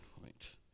Right